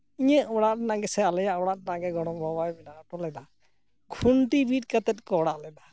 ᱤᱧᱟᱹᱜ ᱚᱲᱟᱜ ᱨᱮᱱᱟᱜ ᱜᱮᱥᱮ ᱟᱞᱮᱭᱟᱜ ᱚᱲᱟᱜ ᱨᱮᱱᱟᱜ ᱜᱮ ᱜᱚᱲᱚᱢ ᱵᱟᱵᱟᱭ ᱵᱮᱱᱟᱣ ᱦᱚᱴᱚ ᱞᱮᱫᱟ ᱠᱷᱩᱱᱴᱤ ᱵᱤᱫ ᱠᱟᱛᱮ ᱠᱚ ᱚᱲᱟᱜ ᱞᱮᱫᱟ